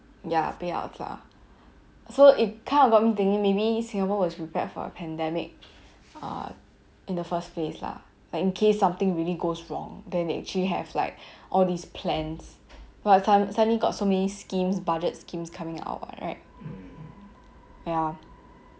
ya payouts lah so it kind of got me thinking maybe singapore was prepared for a pandemic uh in the first place lah like in case something really goes wrong then they actually have like all these plans !wah! s~ suddenly got so many schemes budget schemes coming out what right ya